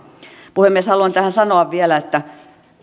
puhemies haluan tähän sanoa vielä että